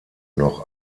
noch